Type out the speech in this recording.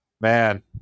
Man